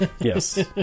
Yes